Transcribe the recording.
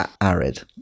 arid